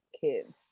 kids